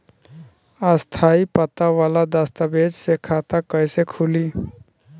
स्थायी पता वाला दस्तावेज़ से खाता कैसे खुली?